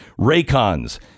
Raycons